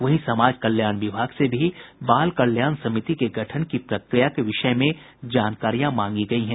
वहीं समाज कल्याण विभाग से भी बाल कल्याण समिति के गठन की प्रक्रिया के विषय में जानकारियां मांगी गयी है